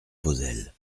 vauzelles